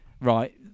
right